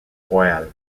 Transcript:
royal